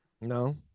No